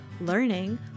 learning